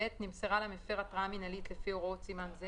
(ב) נמסרה למפר התראה מינהלית לפי הוראות סימן זה